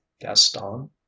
Gaston